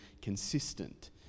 consistent